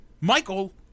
Michael